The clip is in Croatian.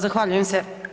Zahvaljujem se.